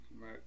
Right